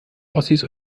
ossis